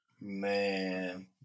man